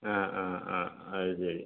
ആ ആ ആ അത് ശരി